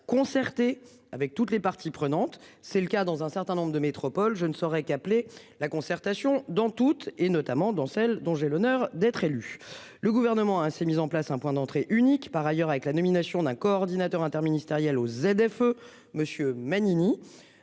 concertée avec toutes les parties prenantes. C'est le cas dans un certain nombre de métropoles. Je ne saurais qu'appeler la concertation dans toute et notamment dans celles dont j'ai l'honneur d'être élu. Le gouvernement a ainsi mis en place un point d'entrée unique. Par ailleurs, avec la nomination d'un coordinateur interministériel aux ZFE monsieur